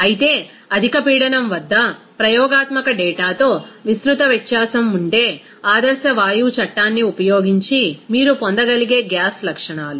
అయితే అధిక పీడనం వద్ద ప్రయోగాత్మక డేటాతో విస్తృత వ్యత్యాసం ఉండే ఆదర్శ వాయువు చట్టాన్ని ఉపయోగించి మీరు పొందగలిగే గ్యాస్ లక్షణాలు